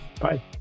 Bye